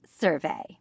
survey